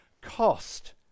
cost